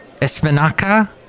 Espinaca